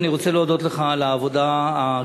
אני רוצה להודות לך על העבודה הקשה